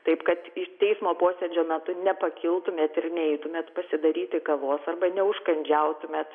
taip kad ir teismo posėdžio metu nepakiltumėt ir neitumėt pasidaryti kavos arba neužkandžiautumėt